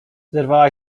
zerwała